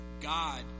God